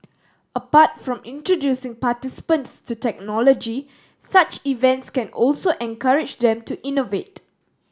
apart from introducing participants to technology such events can also encourage them to innovate